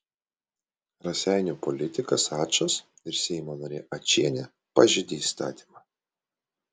raseinių politikas ačas ir seimo narė ačienė pažeidė įstatymą